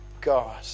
God